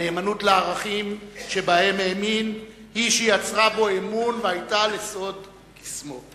הנאמנות לערכים שבהם האמין היא שיצרה בו אמון והיתה לסוד קסמו.